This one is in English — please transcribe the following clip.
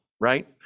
right